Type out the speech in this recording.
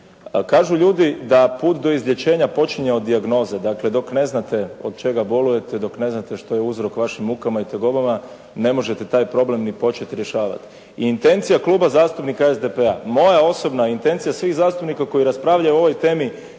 Kažu ljudi da put do izlječenja počinje od dijagnoze. Dakle dok ne znate od čega bolujete, dok ne znate što je uzrok vašim mukama i tegobama ne možete taj problem ni početi rješavati. I intencija Kluba zastupnika SDP-a, moja osobna intencija svih zastupnika koji raspravljaju o ovoj temi